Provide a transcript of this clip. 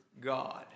God